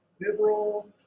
liberal